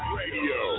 radio